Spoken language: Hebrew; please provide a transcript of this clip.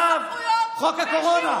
עכשיו חוק הקורונה.